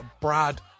Brad